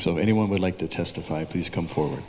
if anyone would like to testify please come for